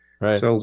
Right